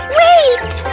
wait